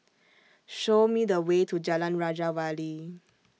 Show Me The Way to Jalan Raja Wali